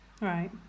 Right